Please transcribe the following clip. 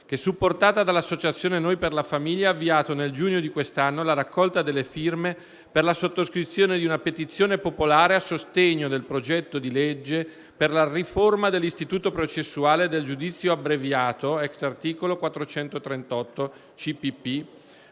che, supportata dall'associazione Noi per la famiglia, ha avviato nel giugno di quest'anno la raccolta delle firme per la sottoscrizione di una petizione popolare a sostegno del progetto di legge per la riforma dell'istituto processuale del giudizio abbreviato, *ex* articolo 438 del